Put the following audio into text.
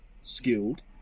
skilled